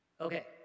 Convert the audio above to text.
Okay